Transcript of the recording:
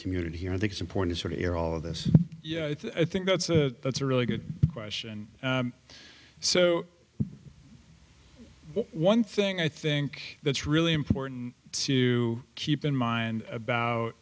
community here i think it's important to sort of air all of this yeah i think that's a really good question so one thing i think that's really important to keep in mind about